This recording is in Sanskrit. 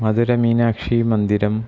मधुरै मीनाक्षीमन्दिरम्